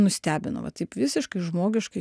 nustebino va taip visiškai žmogiškai